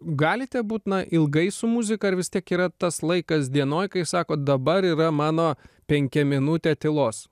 galite būt na ilgai su muzika ar vis tiek yra tas laikas dienoj kai sakot dabar yra mano penkiaminutė tylos